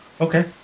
Okay